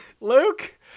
luke